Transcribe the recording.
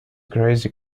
crazy